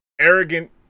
arrogant